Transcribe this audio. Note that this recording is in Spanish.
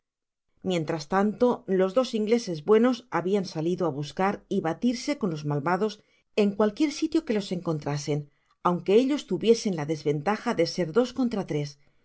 mientras tanto los dos ingleses buenos habian salido á buscar y batirse con los malvados en cualquier sitio que los encontrasen aunque ellos tuviesen la desventaja de ser dos contra tres